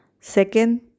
Second